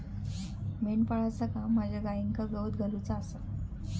मेंढपाळाचा काम माझ्या गाईंका गवत घालुचा आसा